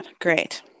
Great